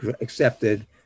accepted